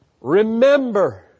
Remember